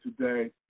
today